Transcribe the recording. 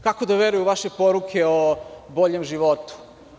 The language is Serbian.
Kako da veruju u vaše poruke o boljem životu?